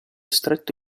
stretto